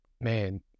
man